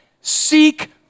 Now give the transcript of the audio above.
seek